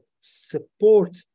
support